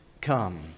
come